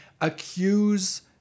accuse